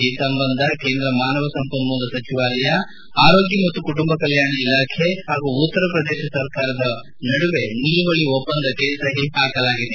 ಈ ಸಂಬಂಧ ಕೇಂದ್ರ ಮಾನವ ಸಂಪನ್ನೂಲ ಸಚಿವಾಲಯ ಆರೋಗ್ಲ ಮತ್ತು ಕುಟುಂಬ ಕಲ್ಲಾಣ ಇಲಾಖೆ ಹಾಗೂ ಉತ್ತರ ಪ್ರದೇಶ ಸರ್ಕಾರದ ಮಧ್ಯೆ ನಿಲುವಳಿ ಒಪ್ಪಂದಕ್ಕೆ ಸಹಿ ಹಾಕಲಾಗಿದೆ